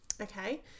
Okay